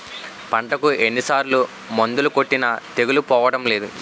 పంటకు ఎన్ని సార్లు మందులు కొట్టినా తెగులు పోవడం లేదు